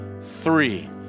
Three